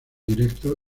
directo